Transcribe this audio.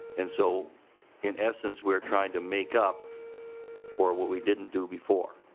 and so in essence were trying to make up for what we didn't do before.